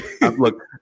Look